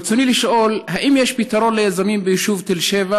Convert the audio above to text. רצוני לשאול: 1. האם יש פתרון ליזמים ביישוב תל-שבע?